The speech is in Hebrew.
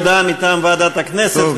בהודעה מטעם ועדת הכנסת,